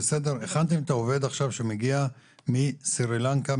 הכנתם את העובד שמגיע מסרילנקה,